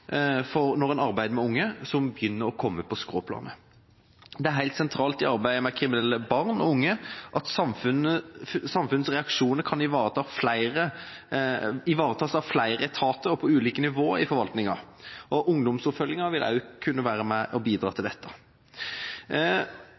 avgjørende når man arbeider med unge som begynner å komme på skråplanet. Det er helt sentralt i arbeidet med kriminelle barn og unge at samfunnets reaksjoner ivaretas av flere etater og på ulike nivåer i forvaltningen. Ungdomsoppfølging vil også kunne være med og bidra til